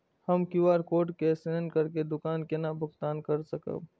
हम QR code scan करके दुकान केना भुगतान काय सकब?